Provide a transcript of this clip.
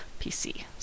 pc